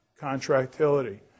contractility